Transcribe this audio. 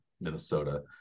Minnesota